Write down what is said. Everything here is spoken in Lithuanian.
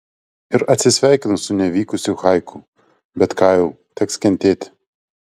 ir atsisveikinu su nevykusiu haiku bet ką jau teks kentėti